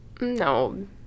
No